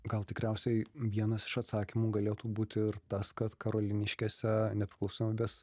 gal tikriausiai vienas iš atsakymų galėtų būti ir tas kad karoliniškėse nepriklausomybės